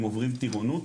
הם עוברים טירונות